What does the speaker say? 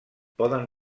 poden